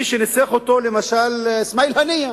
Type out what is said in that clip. מי שניסח אותו, היה למשל אסמאעיל הנייה